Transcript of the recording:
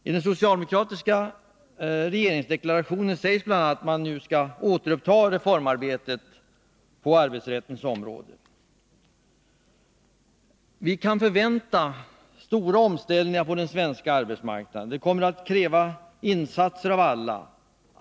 I den socialdemokratiska regeringsdeklarationen sägs bl.a. att man skall återuppta reformarbetet på arbetsrättens område. Vi kan förvänta oss stora omställningar på den svenska arbetsmarknaden. Detta kommer att kräva insatser av oss alla.